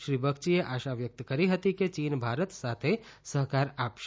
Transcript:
શ્રી બગચીએ આશા વ્યક્ત કરી કે ચીન ભારત સાથે સહકાર આપશે